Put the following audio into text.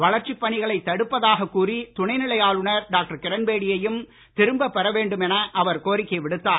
வளர்ச்சிப் பணிகளை தடுப்பதாகக் கூறி துணை நிலை ஆளுநர் டாக்டர் கிரண்பேடியையும் திரும்ப பெற வேண்டும் என அவர் கோரிக்கை விடுத்தார்